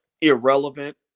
irrelevant